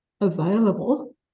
available